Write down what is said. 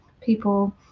people